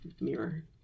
mirror